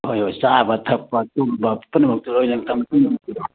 ꯍꯣꯏ ꯍꯣꯏ ꯆꯥꯕ ꯊꯛꯄ ꯇꯨꯝꯕ ꯄꯨꯝꯅꯃꯛꯇꯨ ꯂꯣꯏꯅ